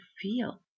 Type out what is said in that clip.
feel